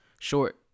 short